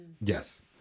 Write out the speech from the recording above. Yes